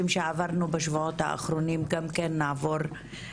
שעברנו בשבועות האחרונים גם כן נעבור.